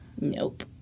Nope